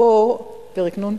פרק נ'?